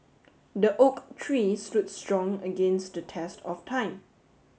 the oak tree stood strong against the test of time